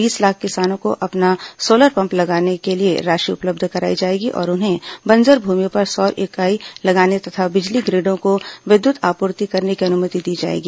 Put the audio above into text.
बीस लाख किसानों को अपना सोलर पंप लगाने के लिए राशि उपलब्ध कराई जाएगी और उन्हें बंजर भूमि पर सौर इकाई लगाने तथा बिजली ग्रिडों को विद्युत आपूर्ति करने की अनुमति दी जाएगी